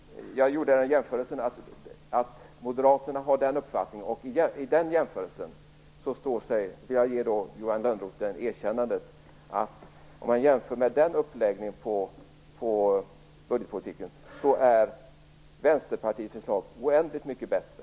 Herr talman! Jag gjorde en jämförelse med Moderaternas uppfattning, och i den jämförelsen vill jag ge Johan Lönnroth ett erkännande. Jämför man med den uppläggningen av budgetpolitiken är Vänsterpartiets förslag oändligt mycket bättre.